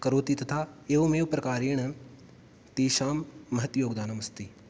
करोति तथा एवमेव प्रकारेण तेषां महत् योगदानमस्ति